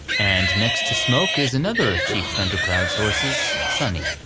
and next to smoke is another of chief thundercloud's horses, sunny,